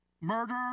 murder